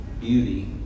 beauty